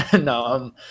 No